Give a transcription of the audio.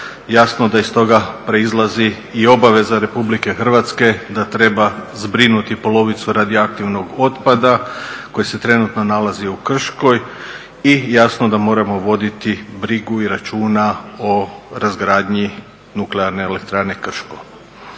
jasno da iz toga proizlazi i obaveza RH da treba zbrinuti polovicu radioaktivnog otpada koji se trenutno nalazi u Krškom i jasno da moramo voditi brigu i računa o razgradnji nuklearne elektrane Krško.